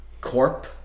corp